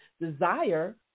desire